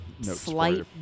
slight